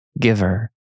giver